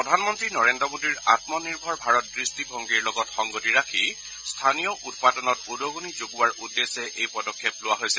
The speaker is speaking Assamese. প্ৰধানমন্ত্ৰী নৰেদ্ৰ মোদীৰ আম নিৰ্ভৰ ভাৰত দৃষ্টিভংগীৰ লগত সংগতি ৰাখি স্থানীয় উৎপাদনত উদগনি যগোৱাৰ উদ্দেশ্যে এই পদক্ষেপ লোৱা হৈছে